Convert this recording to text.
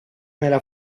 nella